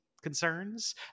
Concerns